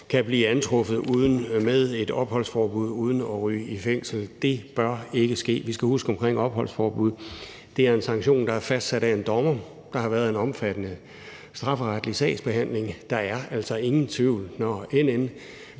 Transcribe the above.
kan blive antruffet med et opholdsforbud uden at ryge i fængsel. Det bør ikke ske. I forhold til opholdsforbud skal vi huske, at det er en sanktion, som er fastsat af en dommer. Der har været en omfattende strafferetlig sagsbehandling. Der er altså ingen tvivl, når NN findes